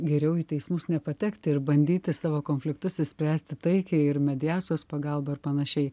geriau į teismus nepatekti ir bandyti savo konfliktus išspręsti taikiai ir mediacijos pagalba ir panašiai